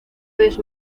vez